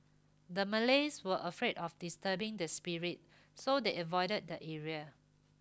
the Malays were afraid of disturbing the spirits so they avoided the area